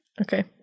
Okay